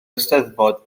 eisteddfod